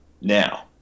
now